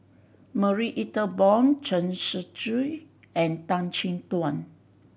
Marie Ethel Bong Chen Shiji and Tan Chin Tuan